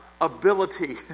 ability